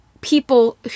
people